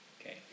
okay